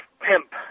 pimp